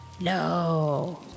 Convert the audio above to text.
No